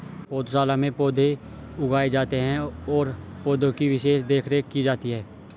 पौधशाला में पौधे उगाए जाते हैं और पौधे की विशेष देखरेख की जाती है